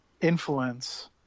influence